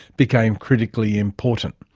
became critically important.